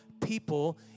people